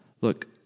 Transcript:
Look